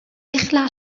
إخلع